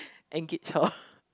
engage her